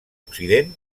occident